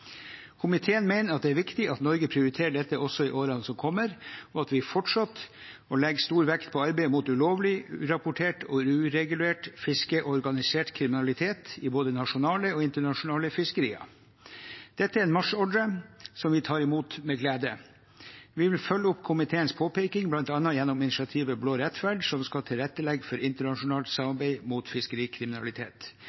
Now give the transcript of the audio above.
Komiteen mener det er viktig at Norge prioriterer dette også i årene som kommer, og at vi fortsetter å legge stor vekt på arbeidet mot ulovlig, urapportert og uregulert fiske og organisert kriminalitet i både nasjonale og internasjonale fiskerier. Dette er en marsjordre som vi tar imot med glede. Vi vil følge opp komiteens påpekning bl.a. gjennom initiativet Blå rettferd, som skal tilrettelegge for internasjonalt